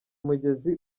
mugezi